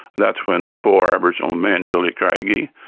that's when the four aboriginal men, billy craigie,